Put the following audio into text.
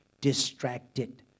distracted